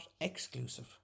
exclusive